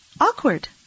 awkward